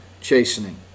chastening